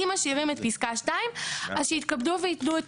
אם משאירים את פסקה 2 אז שיתכבדו וייתנו את